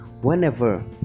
whenever